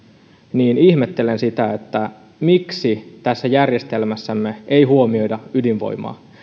niin ihmettelen sitä miksi tässä järjestelmässämme ei huomioida ydinvoimaa